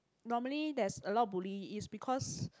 normally there's a lot bully is because